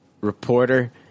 reporter